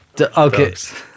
Okay